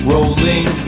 Rolling